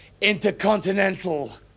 Intercontinental